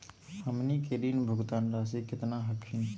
हमनी के ऋण भुगतान रासी केतना हखिन?